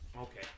Okay